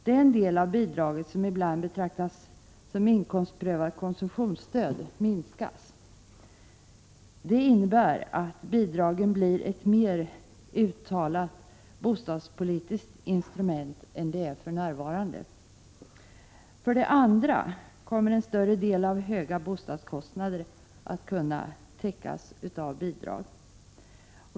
Den del av bidraget som ibland betraktas som inkomstprövat konsumtionsstöd minskas. Det innebär att bidragen blir ett mer uttalat bostadspolitiskt instrument än de är för närvarande. För det andra kommer en större andel av höga bostadskostnader att kunna täckas av bidrag.